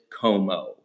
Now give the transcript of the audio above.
como